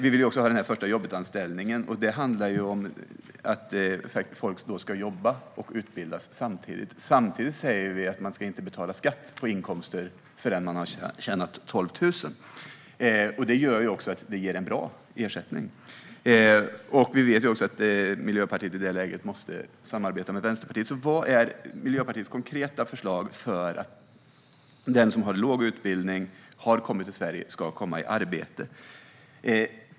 Vi vill också ha förstajobbetanställningen, som handlar om att folk ska jobba och utbildas samtidigt. Samtidigt säger vi att man inte ska betala skatt på inkomster förrän man har tjänat 12 000 kronor. Detta gör att det blir en bra ersättning. Vi vet att Miljöpartiet i den här frågan måste samarbeta med Vänsterpartiet, så vad är Miljöpartiets konkreta förslag för att den med låg utbildning som har kommit till Sverige ska komma i arbete?